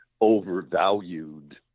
overvalued